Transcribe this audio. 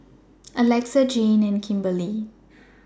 Alexa Jayne and Kimberely